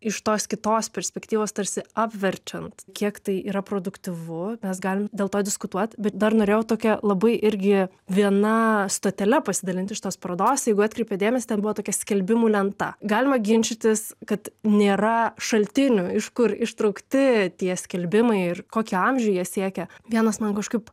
iš tos kitos perspektyvos tarsi apverčiant kiek tai yra produktyvu mes galim dėl to diskutuot bet dar norėjau tokia labai irgi viena stotele pasidalint iš tos parodos jeigu atkreipėt dėmesį ten buvo tokia skelbimų lenta galima ginčytis kad nėra šaltinių iš kur ištraukti tie skelbimai ir kokį amžių jie siekia vienas man kažkaip